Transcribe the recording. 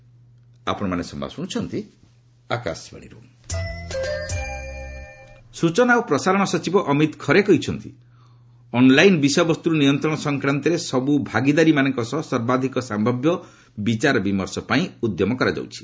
I and B ସୂଚନା ଓ ପ୍ରସାରଣ ସଚିବ ଅମିତ ଖରେ କହିଛନ୍ତି ଅନ୍ଲାଇନ୍ ବିଷୟବସ୍ତୁ ନିୟନ୍ତ୍ରଣ ସଂକ୍ରାନ୍ତରେ ସବୁ ଭାଗିଦାରୀମାନଙ୍କ ସହ ସର୍ବାଧିକ ସମ୍ଭାବ୍ୟ ବିଚାର ବିମର୍ଷ ପାଇଁ ଉଦ୍ୟମ କରାଯାଉଛି